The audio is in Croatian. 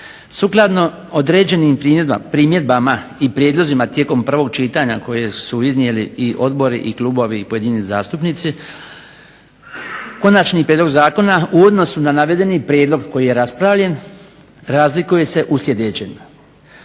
Sukladno određenim primjedbama i prijedlozima tijekom prvog čitanja koje su iznijeli i odbori i klubovi i pojedini zastupnici konačni prijedlog zakona u odnosu na navedeni prijedlog koji je raspravljen razlikuje se u sljedećem.